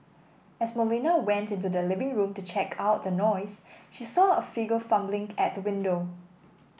as Molina went into the living room to check out the noise she saw a figure fumbling at the window